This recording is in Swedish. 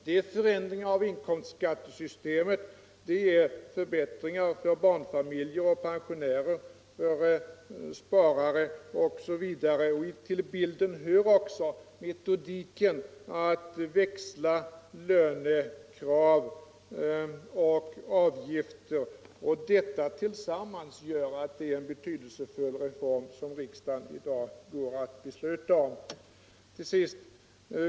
Det är förändringar av inkomstskattesystemet, det är förbättringar för barnfamiljer och pensionärer, för sparare osv. Till bilden hör också metodiken att växla lönekrav och avgifter. Detta tillsammans gör att det är en betydelsefull reform som riksdagen i dag går att besluta om. Till sist!